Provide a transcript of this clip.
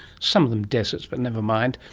some of them deserts but never mind,